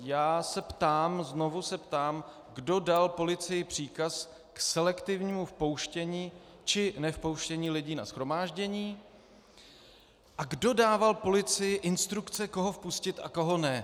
Já se znovu ptám, kdo dal policii příkaz k selektivnímu vpouštění či nevpouštění lidí na shromáždění a kdo dával policii instrukce, koho vpustit a koho ne.